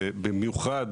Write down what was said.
במיוחד